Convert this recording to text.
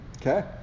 Okay